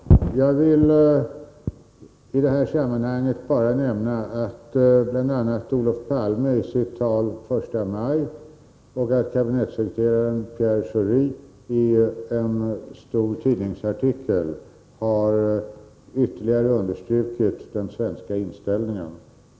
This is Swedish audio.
Herr talman! Jag vill i detta sammanhang bara nämna, att bl.a. Olof Palme i sitt tal på första maj och kabinettssekreteraren Pierre Schori i en stor tidningsartikel har ytterligare understrukit den svenska inställningen.